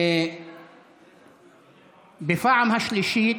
בפעם השלישית,